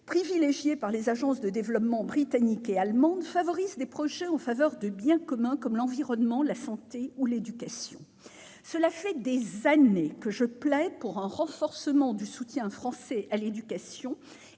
privilégiées par les agences de développement britanniques et allemandes, favorisent des projets en faveur de biens communs comme l'environnement, la santé ou l'éducation. Cela fait des années que je plaide pour un renforcement du soutien français à l'éducation,